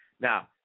Now